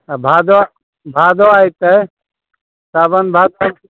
अब भादो भादो अयतै साबन भादो